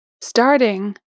starting